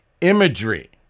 imagery